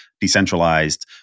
decentralized